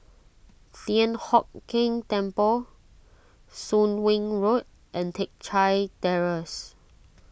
Thian Hock Keng Temple Soon Wing Road and Teck Chye Terrace